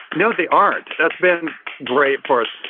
you know they aren't. that's been great for us.